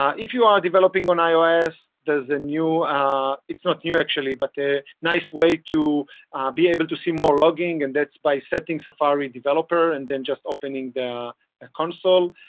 um if you are developing on ios, there's a new ah it's not new, actually but a nice way to be able to see more loggin, and that's by setting safari developer and then just opening the console.